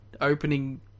opening